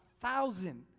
thousand